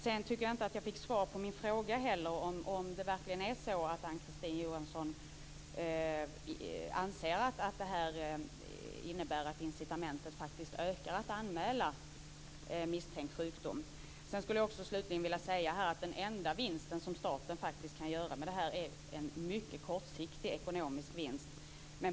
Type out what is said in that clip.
Sedan tycker jag inte att jag fick svar på min fråga om det verkligen är så att Ann-Kristine Johansson anser att det här innebär att incitamentet för att anmäla misstänkt sjukdom faktiskt ökar. Sedan skulle jag slutligen vilja säga att den enda vinst som staten faktiskt kan göra är en mycket kortsiktig ekonomisk vinst.